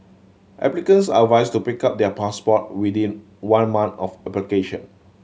applicants are advised to pick up their passport within one month of application